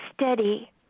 steady